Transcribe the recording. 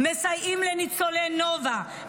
מסייעים לניצולי נובה,